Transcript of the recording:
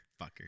Fucker